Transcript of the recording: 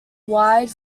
wide